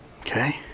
Okay